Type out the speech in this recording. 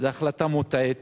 זו החלטה מוטעית.